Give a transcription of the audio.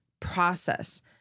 process